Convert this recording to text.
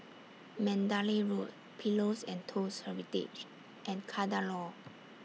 Mandalay Road Pillows and Toast Heritage and Kadaloor